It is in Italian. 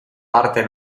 parte